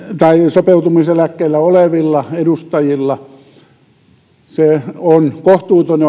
sopeutumiseläkkeellä olevilla edustajilla se on kohtuuton